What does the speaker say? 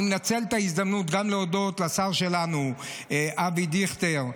אני מנצל את ההזדמנות גם להודות לשר שלנו אבי דיכטר,